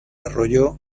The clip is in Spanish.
arroyo